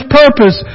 purpose